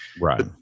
Right